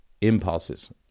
impulses